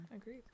Agreed